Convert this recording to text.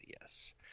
Yes